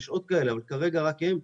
יש עוד כאלה, אבל כרגע רק הם.